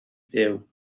byw